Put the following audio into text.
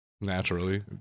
Naturally